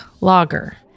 Lager